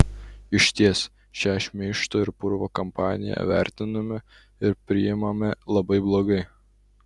išties šią šmeižto ir purvo kampaniją vertiname ir priimame labai blogai